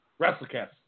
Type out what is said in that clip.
WrestleCast